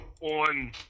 On